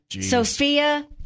Sophia